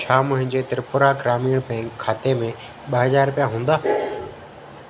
छा मुंहिंजे त्रिपुरा ग्रामीण बैंक खाते में ॿ हज़ार रुपया हूंदा